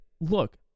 look